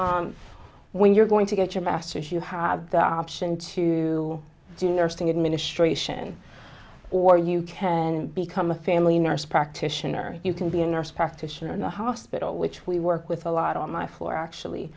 example when you're going to get your masters you have the option to do nursing administration or you can become a family nurse practitioner you can be a nurse practitioner in the hospital which we work with a lot on my floor actually